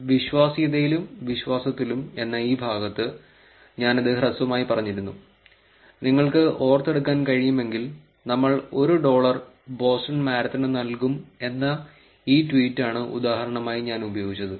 അതിനാൽ വിശ്വാസ്യതയിലും വിശ്വാസത്തിലും എന്ന ഈ ഭാഗത്ത് ഞാൻ ഇത് ഹ്രസ്വമായി പറഞ്ഞിരുന്നു നിങ്ങൾക്ക് ഓർത്തെടുക്കാൻ കഴിയുമെങ്കിൽ നമ്മൾ ഒരു ഡോളർ ബോസ്റ്റൺ മാരത്തണിന് നൽകും എന്ന ഈ ട്വീറ്റ് ആണ് ഉദാഹരണമായി ഞാൻ ഉപയോഗിച്ചത്